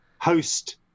host